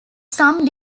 some